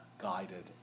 guided